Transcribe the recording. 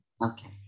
Okay